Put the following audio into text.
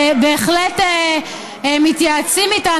בהחלט מתייעצים איתן,